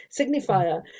signifier